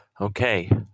Okay